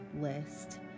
list